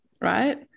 Right